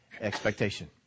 expectation